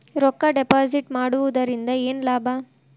ರೊಕ್ಕ ಡಿಪಾಸಿಟ್ ಮಾಡುವುದರಿಂದ ಏನ್ ಲಾಭ?